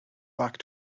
back